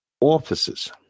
offices